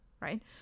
right